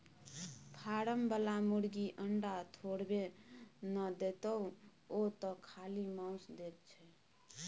form बला मुरगी अंडा थोड़बै न देतोउ ओ तँ खाली माउस दै छै